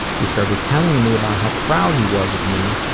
he started telling me about how proud he was of me,